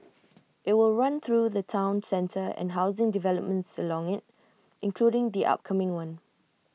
IT will run through the Town centre and housing developments along IT including the upcoming one